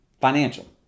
Financial